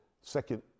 second